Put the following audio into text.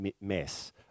mess